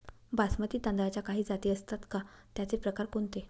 बासमती तांदळाच्या काही जाती असतात का, त्याचे प्रकार कोणते?